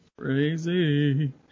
Crazy